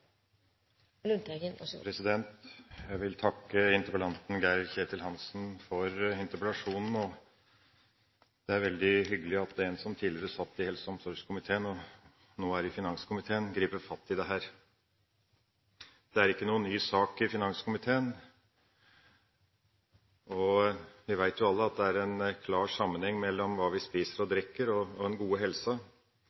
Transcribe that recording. veldig hyggelig at en som tidligere har sittet i helse- og omsorgskomiteen, og som nå er i finanskomiteen, griper fatt i dette. Dette er ingen ny sak i finanskomiteen. Vi veit jo alle at det er en klar sammenheng mellom hva vi spiser og